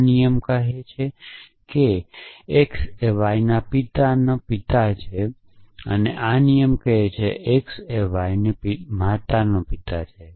આ નિયમ કહે છે કે x એ y ના પિતાનો પિતા છે આ નિયમ કહે છે કે x એ y ની માતાનો પિતા છે